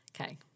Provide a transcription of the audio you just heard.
Okay